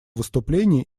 выступление